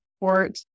support